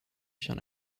schon